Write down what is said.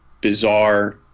bizarre